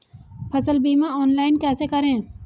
फसल बीमा ऑनलाइन कैसे करें?